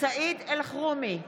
סעיד אלחרומי,